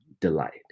delight